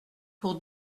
pour